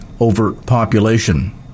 overpopulation